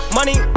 Money